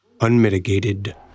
unmitigated